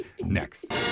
next